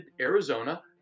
Arizona